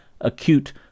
acute